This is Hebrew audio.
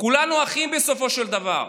כולנו אחים בסופו של דבר,